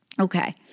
Okay